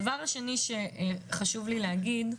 הדבר השני שחשוב לי להגיד,